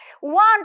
one